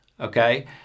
okay